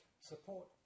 Support